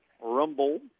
Rumble